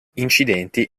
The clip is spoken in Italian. incidenti